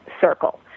circle